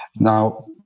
Now